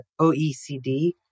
OECD